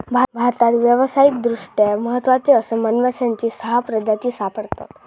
भारतात व्यावसायिकदृष्ट्या महत्त्वाचे असे मधमाश्यांची सहा प्रजाती सापडतत